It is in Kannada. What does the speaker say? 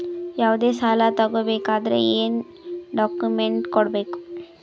ಯಾವುದೇ ಸಾಲ ತಗೊ ಬೇಕಾದ್ರೆ ಏನೇನ್ ಡಾಕ್ಯೂಮೆಂಟ್ಸ್ ಕೊಡಬೇಕು?